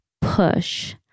push